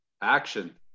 Action